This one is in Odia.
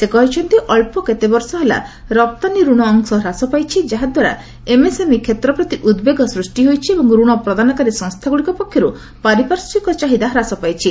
ସେ କହିଛନ୍ତି ଅଳ୍ପ କେତେ ବର୍ଷ ହେଲା ରପ୍ତାନୀ ରଣ ଅଂଶ ହ୍ରାସ ପାଇଛି ଯାହାଦ୍ୱାରା ଏମ୍ଏସ୍ଏମ୍ଇ କ୍ଷେତ୍ର ପ୍ରତି ଉଦ୍ବେଗ ସୃଷ୍ଟି ହୋଇଛି ଏବଂ ରଣ ପ୍ରଦାନକାରୀ ସଂସ୍ଥାଗୁଡ଼ିକ ପକ୍ଷରୁ ପାରିପାର୍ଶ୍ୱିକ ଚାହିଦା ହ୍ରାସ ପାଇଛି